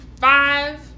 Five